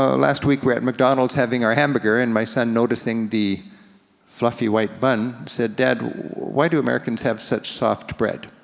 ah last week we were at mcdonald's having our hamburger and my son, noticing the fluffy white bun, said, dad, why do americans have such soft bread